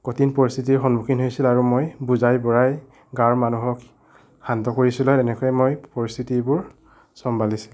কঠিন পৰিস্থিতিৰ সন্মুখীন হৈছিলোঁ আৰু মই বুজাই বঢ়াই গাঁৱৰ মানুহক শান্ত কৰিছিলোঁ আৰু এনেকৈয়ে মই পৰিস্থিতিবোৰ চম্ভালিছিলোঁ